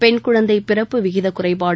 பெண் குழந்தை பிறப்பு விகித குறைபாடு